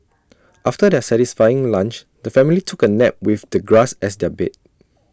after their satisfying lunch the family took A nap with the grass as their bed